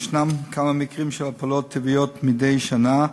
יש כמה מקרים של הפלות טבעיות מדי שנה,